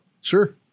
sure